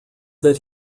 that